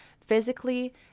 physically